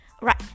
Right